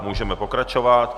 Můžeme pokračovat.